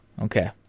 Okay